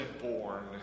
born